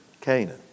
Canaan